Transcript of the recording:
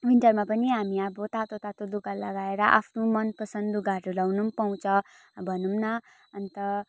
विन्टरमा पनि हामी अब तातो तातो लुगा लगाएर आफ्नो मनपसन्द लुगाहरू लगाउनु पनि पाउँछ भनौँ न अन्त